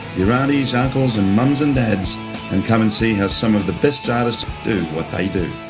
your aunties, uncles and mums and dads and come and see how some of the best artists do what they do.